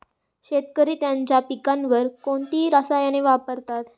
शेतकरी त्यांच्या पिकांवर कोणती रसायने वापरतात?